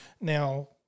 Now